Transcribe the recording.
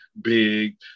big